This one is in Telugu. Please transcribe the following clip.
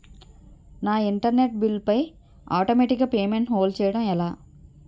నా ఇంటర్నెట్ బిల్లు పై ఆటోమేటిక్ పేమెంట్ ను హోల్డ్ చేయటం ఎలా?